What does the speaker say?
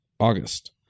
august